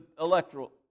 electoral